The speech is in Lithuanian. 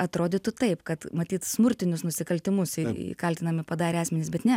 atrodytų taip kad matyt smurtinius nusikaltimus į kaltinami padarę asmenys bet ne